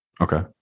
Okay